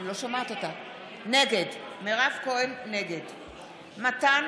נגד מתן